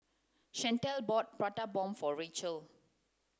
Chantal bought prata bomb for Rachelle